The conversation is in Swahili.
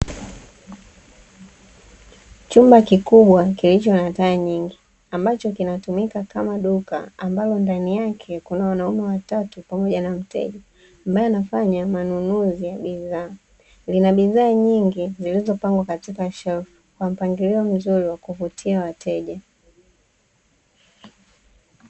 Chumba kikubwa kilicho na taa nyingi ambacho kinatumika kama duka, ambalo ndani yake kuna wanaume watatu pamoja na mteja, ambaye anafanya manunuzi ya bidhaa. Lina bidhaa nyingi zilizopangwa katika shelfu, kwa mpangilio mzuri wa kuvutia wateja.